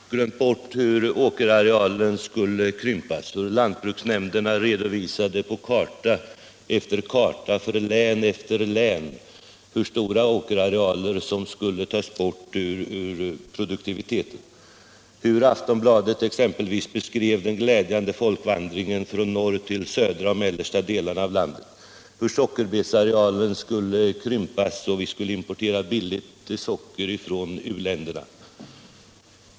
Då talades det om hur åkerarealen skulle krympas, och lantbruksnämnderna redovisade på karta efter karta för län efter län hur stora åkerarealer som skulle tas bort ur produktionen. Aftonbladet exempelvis beskrev den glädjande folkvandringen från norr till de södra delarna av landet. Det talades om hur sockerbetsarealen skulle minska och hur vi skulle importera billigt socker från u-länderna.